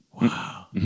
Wow